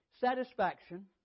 satisfaction